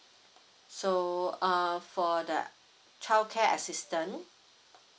so err for the childcare assistance